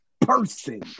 person